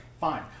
Fine